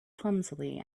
clumsily